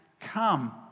come